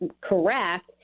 correct